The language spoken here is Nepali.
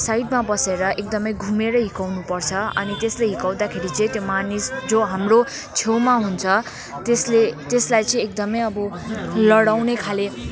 साइडमा बसेर एकदमै घुमेर हिर्काउनुपर्छ अनि त्यसले हिर्काउँदाखेरि चाहिँ त्यो मानिस जो हाम्रो छेउमा हुन्छ त्यसले त्यसलाई चाहिँ एकदमै अब लडाउने खाले